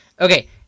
Okay